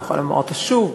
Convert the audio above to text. ואני יכולה לומר אותה שוב,